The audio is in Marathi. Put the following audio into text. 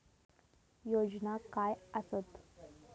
योजना काय आसत?